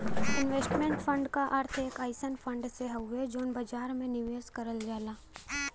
investment fund क अर्थ एक अइसन फण्ड से हउवे जौन बाजार में निवेश करल जाला